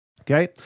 Okay